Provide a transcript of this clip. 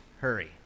hurry